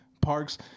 Park's